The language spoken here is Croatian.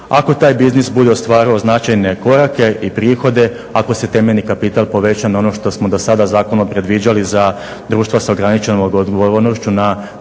Ako taj biznis bude ostvario značajne korake i prihode, ako se temeljni kapital poveća na ono što smo do sada zakonom predviđali za društva sa ograničenom odgovornošću na